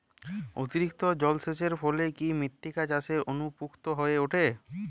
অতিরিক্ত জলসেচের ফলে কি মৃত্তিকা চাষের অনুপযুক্ত হয়ে ওঠে?